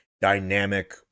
dynamic